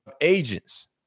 agents